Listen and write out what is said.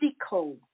physical